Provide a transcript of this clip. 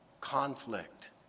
conflict